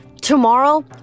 Tomorrow